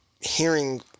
hearing